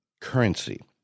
currency